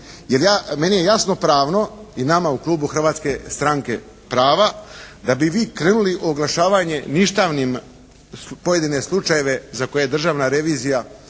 ja, meni je jasno pravno i nama u klubu Hrvatske stranke prava, da bi vi krenuli u oglašavanje ništavnim pojedine slučajeve za koje je državna revizija